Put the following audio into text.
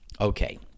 Okay